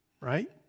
right